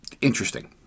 interesting